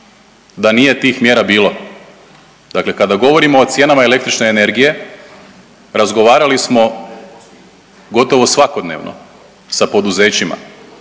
da nije tih mjera bilo. Dakle kada govorimo o cijenama električne energije razgovarali smo gotovo svakodnevno sa poduzećima